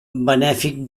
benèfic